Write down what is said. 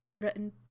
written